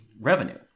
revenue